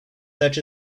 such